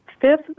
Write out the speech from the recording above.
fifth